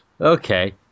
okay